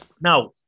Now